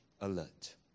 alert